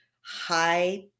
high